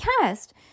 cast